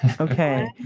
Okay